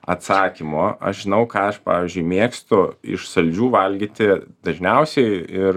atsakymo aš žinau ką aš pavyzdžiui mėgstu iš saldžių valgyti dažniausiai ir